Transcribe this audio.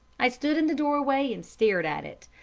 i stood in the doorway and stared at it.